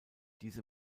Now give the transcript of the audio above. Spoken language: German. diese